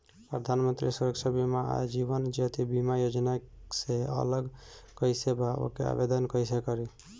प्रधानमंत्री सुरक्षा बीमा आ जीवन ज्योति बीमा योजना से अलग कईसे बा ओमे आवदेन कईसे करी?